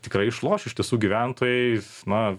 tikrai išloš iš tiesų gyventojai na